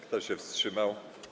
Kto się wstrzymał?